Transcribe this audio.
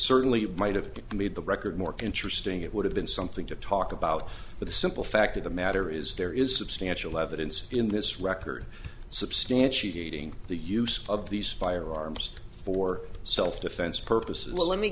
certainly might have made the record more interesting it would have been something to talk about but the simple fact of the matter is there is substantial evidence in this record substantiating the use of these firearms for self defense purposes let me